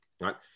right